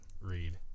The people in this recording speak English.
read